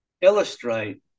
illustrate